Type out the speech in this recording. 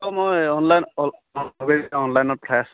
অঁ মই অনলাইন অনলাইনত